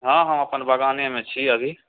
हँ हँ अपन बगानेमे छी अभी